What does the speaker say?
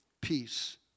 peace